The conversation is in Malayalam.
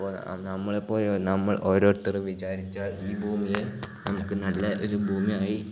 അപ്പോൾ നമ്മളെ പോലെ നമ്മൾ ഓരോരുത്തർ വിചാരിച്ചാൽ ഈ ഭുമിയെ നമുക്ക് നല്ല ഒരു ഭൂമിയായി